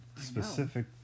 specific